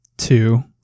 two